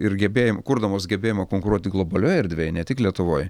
ir gebėjimų kurdamos gebėjimą konkuruoti globalioj erdvėj ne tik lietuvoj